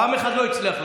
פעם אחת לא הצליח לך.